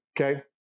Okay